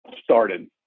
started